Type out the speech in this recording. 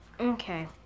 Okay